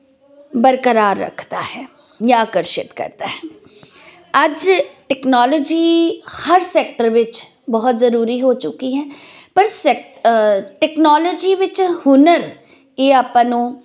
ਬਰਕਰਾਰ ਰੱਖਦਾ ਹੈ ਯਾ ਅਕਰਸ਼ਿਤ ਕਰਦਾ ਹੈ ਅੱਜ ਟੈਕਨੋਲੋਜੀ ਹਰ ਸੈਕਟਰ ਵਿੱਚ ਬਹੁਤ ਜਰੂਰੀ ਹੋ ਚੁੱਕੀ ਹੈ ਪਰ ਸੈਕ ਟੈਕਨੋਲੋਜੀ ਵਿੱਚ ਹੁਨਰ ਇਹ ਆਪਾਂ ਨੂੰ